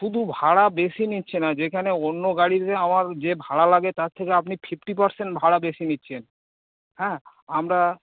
শুধু ভাড়া বেশি নিচ্ছে না যেখানে অন্য গাড়িতে আমার যে ভাড়া লাগে তার থেকে আপনি ফিফটি পারসেন্ট ভাড়া বেশি নিচ্ছেন হ্যাঁ আমরা